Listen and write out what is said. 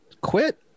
quit